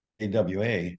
Awa